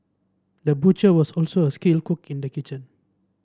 the butcher was also a skilled cook in the kitchen